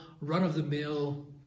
run-of-the-mill